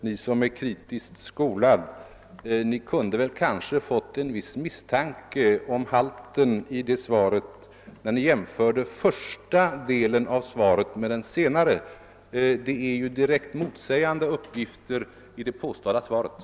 Ni som är kritiskt skolad, herr Källstad, kunde väl ha fått en viss misstanke om halten i svaret när Ni jämförde första delen av svaret med den senare. Det påstådda svaret innehåller ju direkt motsägande uppgifter.